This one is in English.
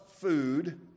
food